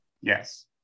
Yes